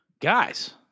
Guys